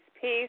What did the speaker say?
peace